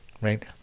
right